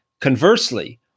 Conversely